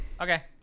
Okay